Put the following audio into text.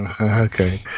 Okay